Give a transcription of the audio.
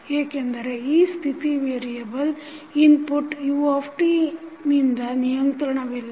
ಏಕೆಂದರೆ ಈ ಸ್ಥಿತಿ ವೇರಿಯಬಲ್ ಇನ್ಪುಟ್ u ನಿಂದ ನಿಯಂತ್ರಣವಿಲ್ಲ